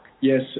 Yes